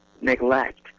neglect